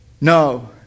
No